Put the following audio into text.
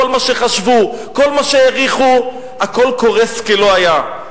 כל מה שחשבו, כל מה שהעריכו, הכול קורס כלא היה.